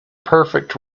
perfect